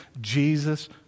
Jesus